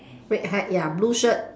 red hat ya blue shirt